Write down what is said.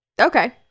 Okay